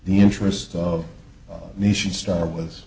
the interest of the nation star was